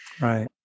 Right